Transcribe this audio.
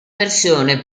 versione